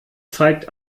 zeigt